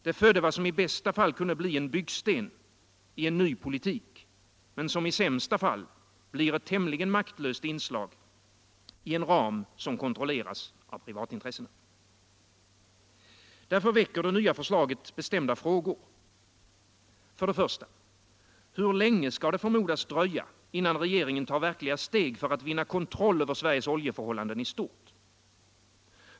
Det födde vad som i bästa fall kunde bli en byggsten i en ny politik men som i sämsta fall blir ett tämligen maktlöst inslag i en ram som kontrolleras av privatintressen. Därför väcker det nya förslaget bestämda frågor. För det första: Hur länge skall det förmodas dröja innan regeringen tar verkliga steg för att vinna kontroll över Sveriges oljeförhållanden i stort?